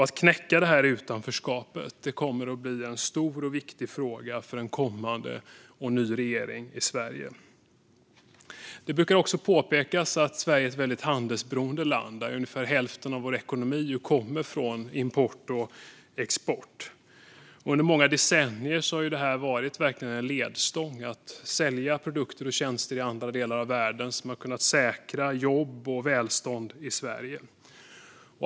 Att knäcka utanförskapet kommer att bli en stor och viktig fråga för en kommande, ny regering i Sverige. Det brukar påpekas att Sverige är ett handelsberoende land eftersom ungefär hälften av vår ekonomi utgörs av export och import. Att sälja produkter och tjänster i andra delar av världen har under många decennier verkligen varit ledstången för att säkra jobb och välstånd i Sverige.